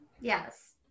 Yes